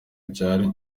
ibyari